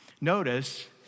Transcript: Notice